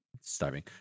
starving